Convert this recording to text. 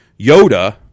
Yoda